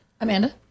Amanda